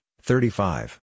thirty-five